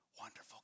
Wonderful